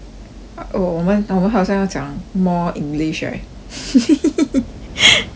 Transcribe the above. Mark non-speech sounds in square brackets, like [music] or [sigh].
uh 我们我们好像要讲 more english right [laughs]